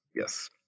yes